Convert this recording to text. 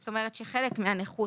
זאת אומרת שלחלק מהנכות